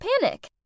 panic